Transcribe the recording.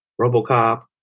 Robocop